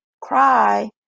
cry